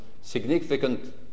significant